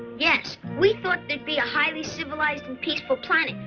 yes we thought there'd be a highly civilized and peaceful planet,